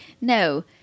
No